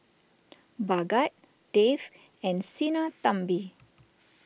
Bhagat Dev and Sinnathamby